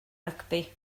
rygbi